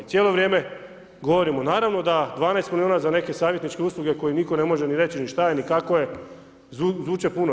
Cijelo vrijeme govorimo naravno da 12 miliona za neke savjetničke usluge koji nitko ne može ni reći ni šta je, ni kako je zvuče puno.